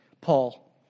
Paul